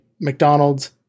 McDonald's